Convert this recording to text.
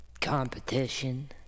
competition